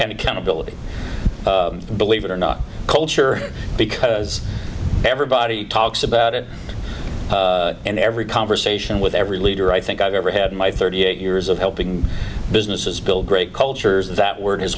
and accountability believe it or not culture because everybody talks about it in every conversation with every leader i think i've ever had in my thirty eight years of helping businesses build great cultures that wor